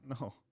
No